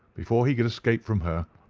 before he could escape from her,